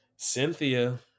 Cynthia